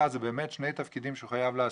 והשוטר הרע הם באמת שני תפקידים שהוא חייב לעשות.